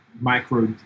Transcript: micro